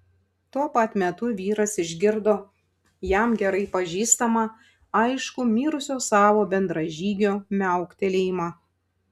tuo pat metu vyras išgirdo jam gerai pažįstamą aiškų mirusio savo bendražygio miauktelėjimą